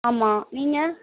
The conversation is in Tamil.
ஆமாம் நீங்கள்